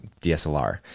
DSLR